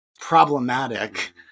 problematic